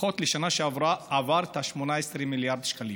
לפחות בשנה שעברה היא עברה את ה-18 מיליארד שקלים,